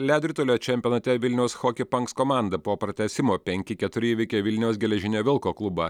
ledo ritulio čempionate vilniaus hockey punks komanda po pratęsimo penki keturi įveikė vilniaus geležinio vilko klubą